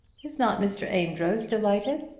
is not mr. amedroz delighted?